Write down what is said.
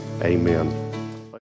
amen